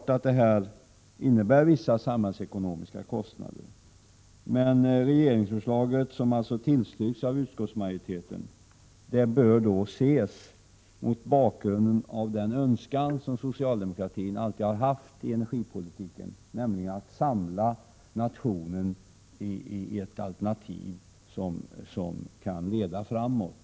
Detta innebär givetvis vissa samhälls ekonomiska kostnader. Regeringsförslaget, som har tillstyrkts av utskotts Prot. 1987/88:135 majoriteten, bör emellertid ses mot bakgrund av den önskan som socialde 70 juni 1988 mokratin alltid har haft när det gäller energipolitiken, nämligen att samla nationen bakom ett alterntiv som kan leda framåt.